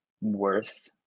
worth